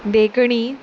देखणी